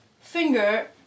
finger